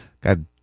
God